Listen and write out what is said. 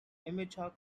amateur